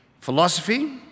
philosophy